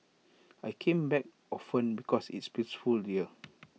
I came back often because it's peaceful here